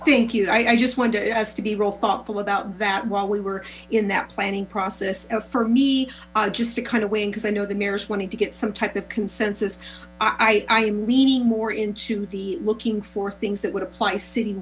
here thank you i just wanted it has to be real thoughtful about that while we were in that planning process for me just to kind of win because i know the mayors wanting to get some type of consensus i am leaning more into the looking for things that would apply city